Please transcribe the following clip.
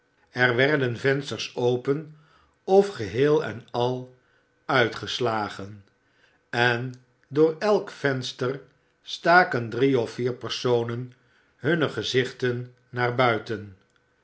er werden vensters open of geheel en al uitgeslagen en door elk venster staken drie of vier personen hunne gezichten naar buiten